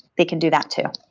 they can do that too.